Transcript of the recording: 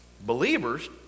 believers